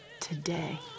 today